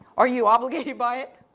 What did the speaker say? are you obligated by it?